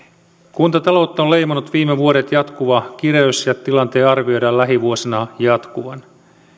kuntataloutta on leimannut viime vuodet jatkuva kireys ja tilanteen arvioidaan lähivuosina jatkuvan